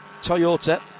Toyota